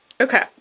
okay